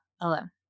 alone